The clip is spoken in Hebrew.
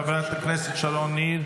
חברת הכנסת שרון ניר,